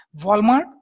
Walmart